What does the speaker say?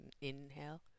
Inhale